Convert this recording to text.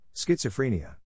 Schizophrenia